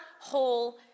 whole